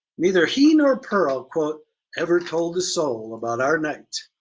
neither he nor pearl ever told a soul about our night,